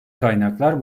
kaynaklar